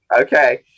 okay